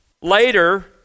Later